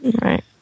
Right